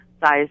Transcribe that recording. Size